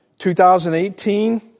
2018